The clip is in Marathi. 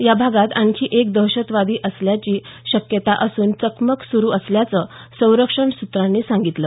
या भागात आणखी एक दहशतवादी असल्याची शक्यता असून चकमक सुरू असल्याचं संरक्षण सूत्रांनी सांगितलं